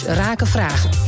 rakenvragen